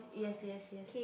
yes yes yes